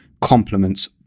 complements